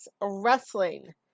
Wrestling